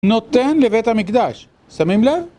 נותן לבית המקדש. סמים לב?